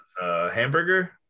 Hamburger